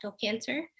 cancer